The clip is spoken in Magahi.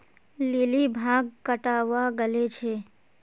लिली भांग कटावा गले छे